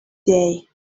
day